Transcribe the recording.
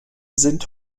sind